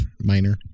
minor